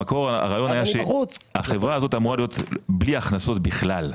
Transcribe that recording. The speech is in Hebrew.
במקור הרעיון היה שהחברה הזאת אמורה להיות בלי הכנסות בכלל,